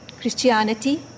Christianity